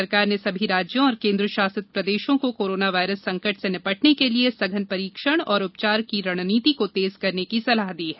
केन्द्र सरकार ने सभी राज्यों और केन्द्र शासित प्रदेशों को कोरोना वायरस संकट से निपटने के लिए सघन परीक्षण और उपचार की रणनीति को तेज करने की सलाह दी है